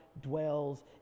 dwells